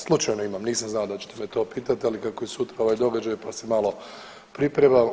Slučajno imam, nisam znao da ćete me to pitati, ali kako je sutra ovaj događaj pa se malo pripremam.